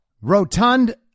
rotund